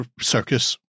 circus